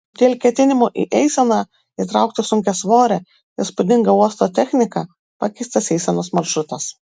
dėl ketinimų į eiseną įtraukti sunkiasvorę įspūdingą uosto techniką pakeistas eisenos maršrutas